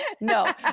No